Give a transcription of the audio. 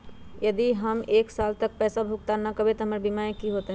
यदि हम एक साल तक पैसा भुगतान न कवै त हमर बीमा के की होतै?